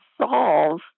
solve